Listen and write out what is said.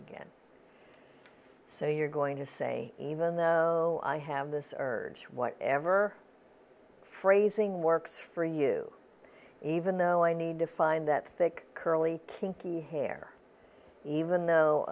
again so you're going to say even though i have this urge whatever phrasing works for you even though i need to find that thick curly kinky hair even though